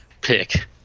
pick